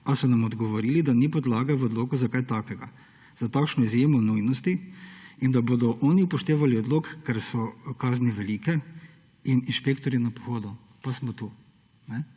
a so nam odgovorili, da ni podlage v odloku za kaj takega. Za takšno izjemo nujnosti in da bodo oni upoštevali odlok, ker so kazni velike in inšpektorji na pohodu.« Pa smo tu.